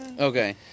Okay